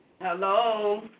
Hello